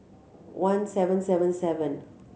one seven seven seven